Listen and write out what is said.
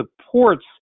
supports